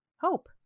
hope